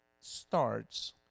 starts